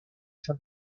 fin